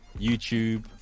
YouTube